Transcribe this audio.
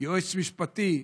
יועץ משפטי,